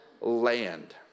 land